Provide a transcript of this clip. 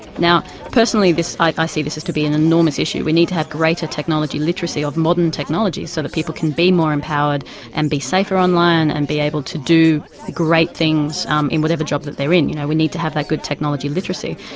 now, personally this, i see this is to be an enormous issue. we need to have greater technology literacy of modern technology so that people can be more empowered and be safer online and be able to do great things um in whatever job that they're in. you know, we need to have that good technology literacy.